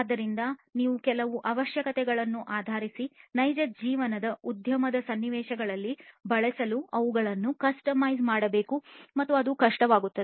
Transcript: ಆದ್ದರಿಂದ ನೀವು ಕೆಲವು ಅವಶ್ಯಕತೆಗಳನ್ನು ಆಧರಿಸಿ ನಿಜ ಜೀವನದ ಉದ್ಯಮದ ಸನ್ನಿವೇಶಗಳಲ್ಲಿ ಬಳಸಲು ಅವುಗಳನ್ನು ಕಸ್ಟಮೈಸ್ ಮಾಡಬೇಕು ಮತ್ತು ಅದು ಕಷ್ಟವಾಗುತ್ತದೆ